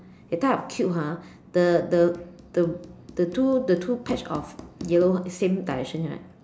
that type of cube ha the the the the two the two patch of yellow is same direction right